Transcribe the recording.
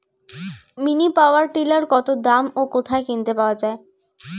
Mini power tiller কত দাম ও কোথায় কিনতে পাওয়া যায়?